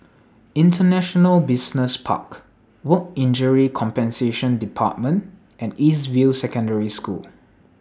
International Business Park Work Injury Compensation department and East View Secondary School